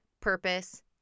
purpose